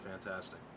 fantastic